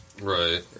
Right